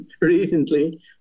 recently